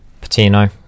Patino